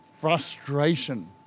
Frustration